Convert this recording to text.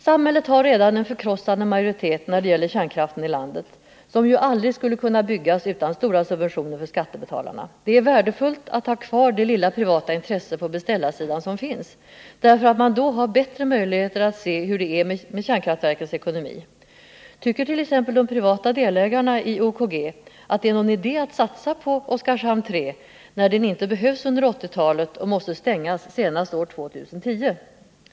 Samhället har redan en förkrossande majoritet när det gäller kärnkraft i landet, som ju aldrig skulle kunna byggas ut utan stora subventioner från skattebetalarna. Det är värdefullt att ha kvar det lilla privata intresse på beställarsidan som finns, därför att man då har bättre möjlighet att se hur det är med kärnkraftverkens ekonomi. de privata delägarna i OKG att det är någon idé att satsa på Oskarshamn 3 när det inte behövs under 1980-talet och måste stängas senast år 2010?